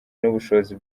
n’ubushobozi